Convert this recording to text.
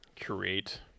create